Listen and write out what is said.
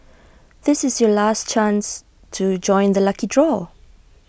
this is your last chance to join the lucky draw